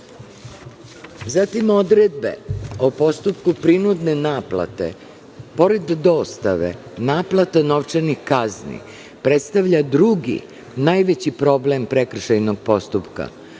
odredbe o postupku prinudne naplate, pored dostave, naplata novčanih kazni predstavlja drugi, najveći problem prekršajnog postupka.